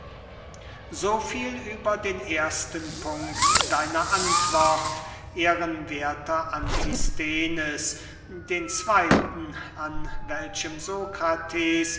so viel über den ersten punkt deiner antwort ehrenwerther antisthenes den zweyten an welchem